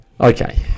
Okay